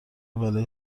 بلایی